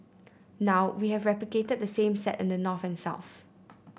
now we have replicated the same set in the north and south